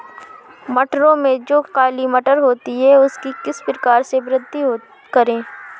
मटरों में जो काली मटर होती है उसकी किस प्रकार से वृद्धि करें?